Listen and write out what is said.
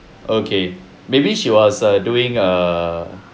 okay maybe she was err doing err